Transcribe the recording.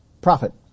profit